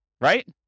Right